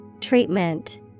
Treatment